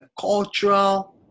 cultural